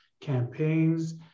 campaigns